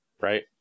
right